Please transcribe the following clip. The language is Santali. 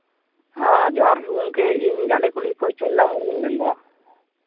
ᱦᱮᱸ ᱡᱚᱦᱟᱨᱜᱮ ᱜᱚᱢᱠᱮ ᱤᱧ ᱜᱟᱸᱰᱮ ᱠᱩᱞᱦᱤ ᱠᱷᱚᱱ ᱪᱩᱱᱰᱟ ᱢᱩᱨᱢᱩᱧ ᱢᱮᱱᱫᱟ